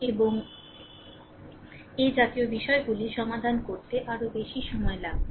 এবং রেফার সময় 0042 এ জাতীয় বিষয়গুলি সমাধান করতে আরও বেশি সময় লাগবে